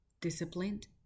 Disciplined